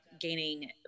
gaining